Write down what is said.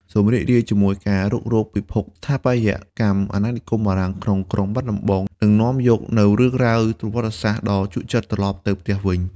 សូមរីករាយជាមួយការដើររុករកពិភពស្ថាបត្យកម្មអាណានិគមបារាំងក្នុងក្រុងបាត់ដំបង និងនាំយកនូវរឿងរ៉ាវប្រវត្តិសាស្ត្រដ៏ជក់ចិត្តត្រឡប់ទៅផ្ទះវិញ។